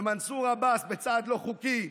מנסור עבאס, בצעד לא חוקי,